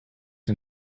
den